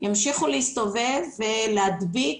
ימשיכו להסתובב ולהדביק,